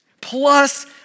plus